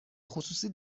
خصوصی